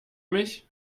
mich